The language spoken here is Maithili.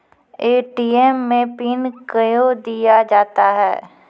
ए.टी.एम मे पिन कयो दिया जाता हैं?